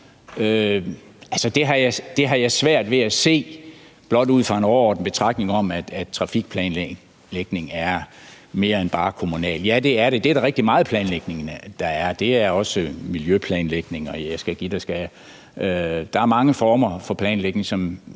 det har jeg svært ved at se blot ud fra en overordnet betragtning om, at trafikplanlægning er mere end bare kommunalt. Ja, det er den. Det er der rigtig meget planlægning der er. Der er også miljøplanlægning, og jeg skal give dig, skal jeg. Der er mange former for planlægning. Det